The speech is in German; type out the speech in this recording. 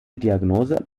diagnose